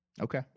Okay